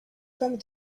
comme